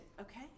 okay